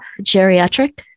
geriatric